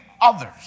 others